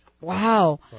Wow